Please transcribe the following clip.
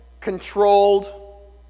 controlled